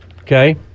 Okay